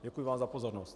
Děkuji vám za pozornost.